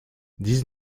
dix